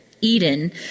Eden